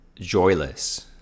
joyless